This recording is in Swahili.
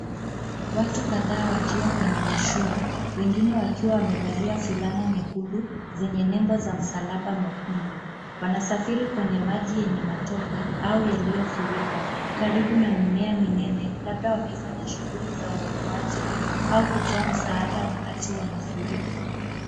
Watu kadhaa wakiwa kwenye mashua. Wengine wakiwa wamevalia fulana nyekundu, zenye nembo za msalaba mwekundu. Wanasafiri kwenye maji yenye matope, au yaliyofurika. Karibu na mimea minene, labda wakifanya shughuli za uokoaji au kutoa msaada wakati wa mafuriko.